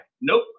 Nope